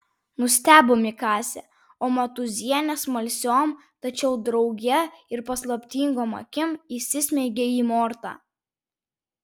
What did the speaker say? nustebo mikasė o matūzienė smalsiom tačiau drauge ir paslaptingom akim įsismeigė į mortą